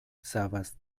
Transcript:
savas